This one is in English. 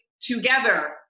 together